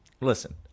Listen